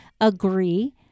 agree